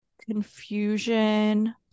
confusion